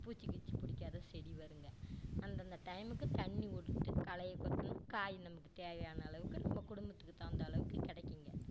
பூச்சி கீச்சி பிடிக்காது செடி வருங்க அந்தந்த டைமுக்கு தண்ணிவிட்டு களையை கொத்தணும் காய் நமக்கு தேவையான அளவுக்கு நம்ம குடும்பத்து தகுந்த அளவுக்கு கிடைக்குங்க